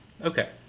Okay